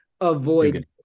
avoid